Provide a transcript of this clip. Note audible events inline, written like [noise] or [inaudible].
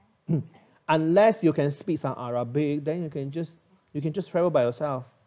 [coughs] unless you can speak some arabic then you can just you can just travel by yourself